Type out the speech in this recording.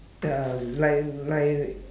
the like like